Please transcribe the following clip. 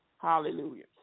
Hallelujah